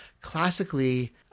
Classically